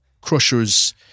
Crusher's